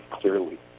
clearly